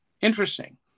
Interesting